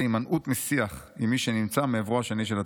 הימנעות משיח עם מי שנמצא מעברו השני של התפר.